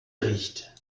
riecht